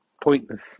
pointless